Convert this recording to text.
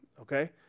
okay